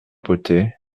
potay